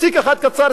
פסיק אחד קצר,